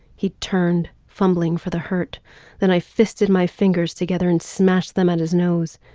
he turned fumbling for the hurt then i fisted my fingers together and smash them at his nose.